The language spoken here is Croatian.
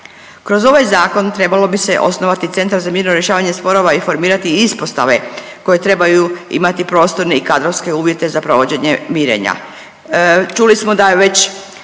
Kroz ovaj Zakon trebalo bi se osnovati centar za mirno rješavanje sporova i formirati ispostave koje trebaju imati prostorne i kadrovske uvjete za provođenje mirenja. Čuli smo da već,